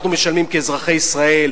אנחנו משלמים כאזרחי ישראל,